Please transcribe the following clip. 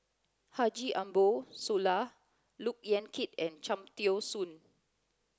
Haji Ambo Sooloh Look Yan Kit and Cham Tao Soon